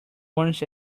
once